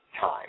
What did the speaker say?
time